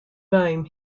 rome